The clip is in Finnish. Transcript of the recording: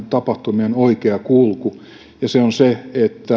tapahtumien oikea kulku ja se on se